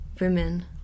Women